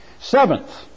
Seventh